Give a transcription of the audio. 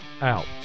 out